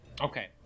okay